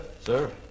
Sir